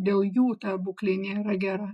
dėl jų ta būklė nėra gera